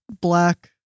black